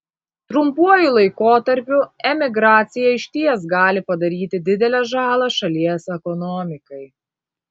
trumpuoju laikotarpiu emigracija išties gali padaryti didelę žalą šalies ekonomikai